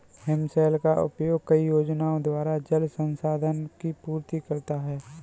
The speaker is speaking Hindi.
हिमशैल का उपयोग कई योजनाओं द्वारा जल संसाधन की पूर्ति करता है